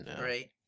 right